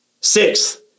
Sixth